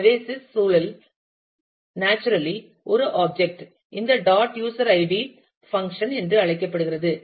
எனவே சிஸ் சூழல் நேச்சுரலி ஒரு ஆப்ஜெக்ட் இந்த டாட் யூஸர் ஐடி பங்க்ஷன் என்று அழைக்கப்படுகிறது